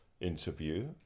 interview